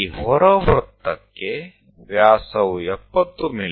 ಈ ಹೊರ ವೃತ್ತಕ್ಕೆ ವ್ಯಾಸವು 70 ಮಿ